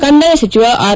ಕಂದಾಯ ಸಚಿವ ಆರ್